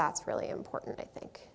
that's really important i think